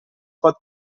pot